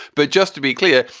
but just to be clear.